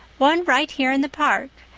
one right here in the park,